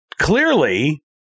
clearly